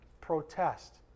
protest